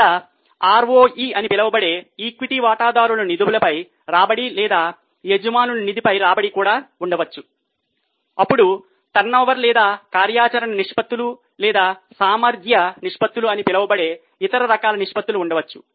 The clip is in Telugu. అక్కడ ROE అని పిలువబడే ఈక్విటీ వాటాదారుల నిధులపై రాబడి లేదా యజమానుల నిధిపై రాబడి కూడా ఉండవచ్చు అప్పుడు టర్నోవర్ లేదా కార్యాచరణ నిష్పత్తులు లేదా సామర్థ్య నిష్పత్తులు అని పిలువబడే ఇతర రకాల నిష్పత్తులు ఉండవచ్చు